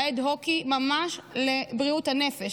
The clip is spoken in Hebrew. האד-הוקי ממש לבריאות הנפש,